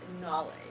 knowledge